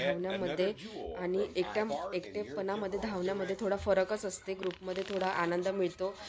धावण्यामध्ये आणि एकट्या एकटेपणामध्ये धावण्यामध्ये थोडा फरकच असते ग्रुपमध्ये थोडा आनंद मिळतो